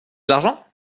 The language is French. l’argent